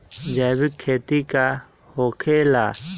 जैविक खेती का होखे ला?